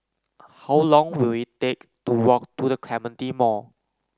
how long will it take to walk to The Clementi Mall